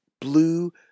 blue